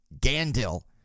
Gandil